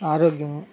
ఆరోగ్యము